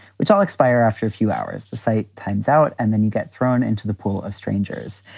which all expire after a few hours. the site times out and then you get thrown into the pool of strangers.